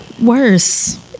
worse